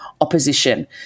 opposition